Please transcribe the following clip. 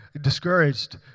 discouraged